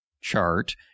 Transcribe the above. chart